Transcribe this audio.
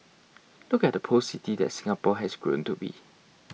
look at the post city that Singapore has grown to be